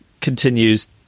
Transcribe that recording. continues